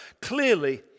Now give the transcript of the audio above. clearly